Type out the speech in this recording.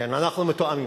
כן, אנחנו מתואמים.